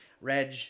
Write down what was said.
Reg